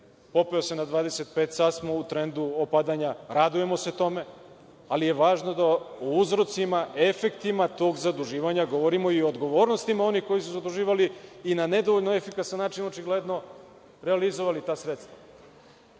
popeo se na 25, sad smo u trendu opadanja, radujemo se tome, ali je važno da o uzrocima i efektima tog zaduživanja govorimo, kao i o odgovornosti onih koji su zaduživali i na nedovoljno efikasan način očigledno realizovali ta sredstva.